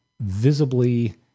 visibly